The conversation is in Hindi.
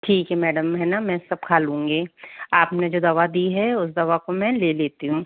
ठीक है मैडम मैं है ना सब खा लूँगी आपने जो दवा दी है उस दवा को मैं ले लेती हूँ